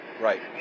Right